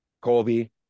Colby